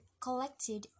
collected